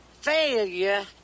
failure